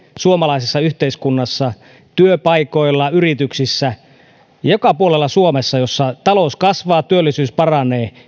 suomalaisessa yhteiskunnassa työpaikoilla yrityksissä ja joka puolella suomessa jossa talous kasvaa työllisyys paranee